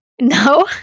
No